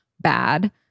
bad